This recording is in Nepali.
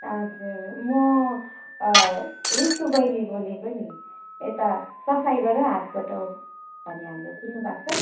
हजुर म रितु बैनी बोलेको नि यता सफाइ गरौँ हात बटाऔँ भन्ने हाम्रो सुन्नुभएको छ